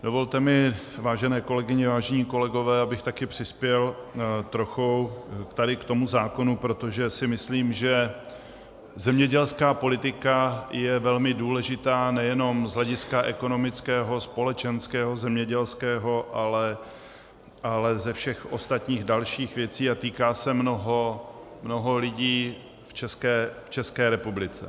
Dovolte mi, vážené kolegyně, vážení kolegové, abych také přispěl trochou tady k tomu zákonu, protože si myslím, že zemědělská politika je velmi důležitá nejenom z hlediska ekonomického, společenského, zemědělského, ale ze všech ostatních dalších věcí a týká se mnoha lidí v České republice.